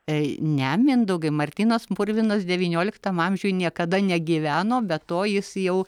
ne mindaugai martynas purvinas devynioliktam amžiuj niekada negyveno be to jis jau